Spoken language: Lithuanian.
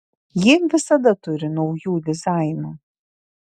ji visada turi naujų dizainų